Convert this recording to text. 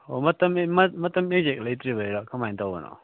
ꯑꯣ ꯃꯇꯝ ꯃꯇꯝ ꯑꯦꯛꯖꯦꯛ ꯂꯩꯇ꯭ꯔꯤꯕꯩꯔ ꯀꯃꯥꯏꯅ ꯇꯧꯕꯅꯣ